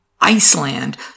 Iceland